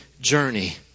journey